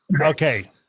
Okay